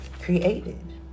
created